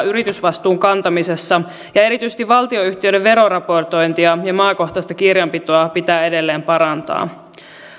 yritysvastuun kantamisessa ja erityisesti valtionyhtiöiden veroraportointia ja maakohtaista kirjanpitoa pitää edelleen parantaa